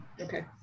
Okay